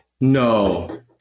No